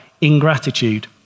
ingratitude